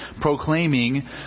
proclaiming